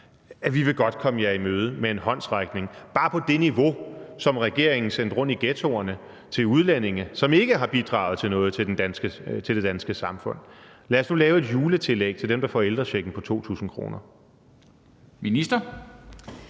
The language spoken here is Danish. at vi godt vil komme dem i møde med en håndsrækning, bare på niveau med det, som regeringen sendte rundt i ghettoerne til udlændinge, som ikke har bidraget til noget i det danske samfund? Lad os nu lave et juletillæg til dem, der får ældrechecken, på 2.000 kr.